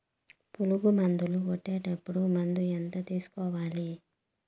పులుగు మందులు కొట్టేటప్పుడు మందు ఎంత తీసుకురావాలి?